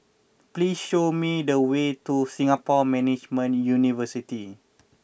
please show me the way to Singapore Management University